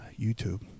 YouTube